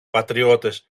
πατριώτες